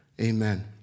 Amen